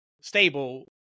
stable